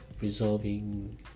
resolving